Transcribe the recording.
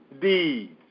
deeds